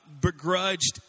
begrudged